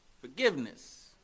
forgiveness